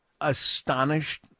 astonished